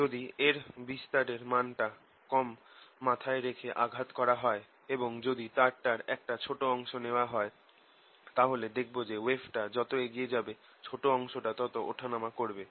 যদি এর বিস্তারের মানটা কম মাথায় রেখে আঘাত করা হয় এবং যদি তারটার একটা ছোট অংশ নেওয়া হয় তাহলে দেখবো যে ওয়েভটা যত এগিয়ে যাবে ছোট অংশটা তত ওঠা নামা করবে